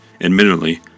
admittedly